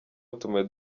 batumiwe